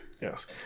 Yes